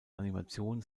animation